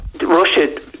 Russia